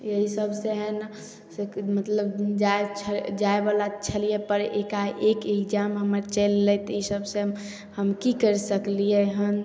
यही सबसे हइ ने से मतलब जाइ छऽ जाइवला छलिए पर एकाएक एग्जाम हमर चलि अएलै तऽ ई सबसे हम कि करि सकलिए हँ